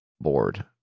board